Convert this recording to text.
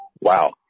Wow